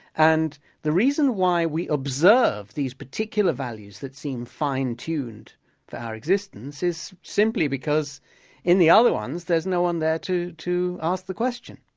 and the reason why we observe these particular values that seem fine tuned for our existence, is simply because in the other ones there's no one there to to ask the question.